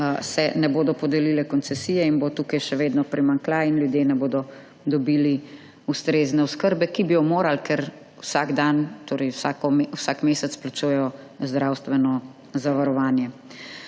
se ne bodo podelile koncesije in bo tukaj še vedno primanjkljaj in ljudje ne bodo dobili ustrezne oskrbe, ki bi jo morali, ker vsak dan, torej vsak mesec plačujejo zdravstveno zavarovanje.